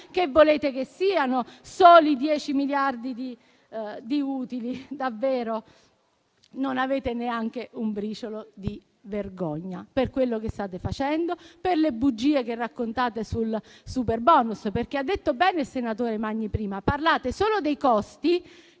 che volete che siano soli dieci miliardi di utili? Davvero, non avete neanche un briciolo di vergogna, per quello che state facendo e per le bugie che raccontate sul superbonus. Ha detto bene, infatti, il senatore Magni prima. Parlate solo dei costi,